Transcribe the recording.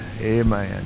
amen